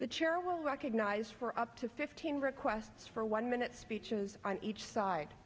the chair will recognize for up to fifteen requests for one minute speeches on each side